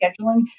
scheduling